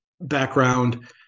background